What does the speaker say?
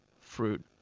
fruit